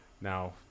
now